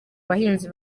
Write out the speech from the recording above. bahinzi